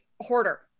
hoarder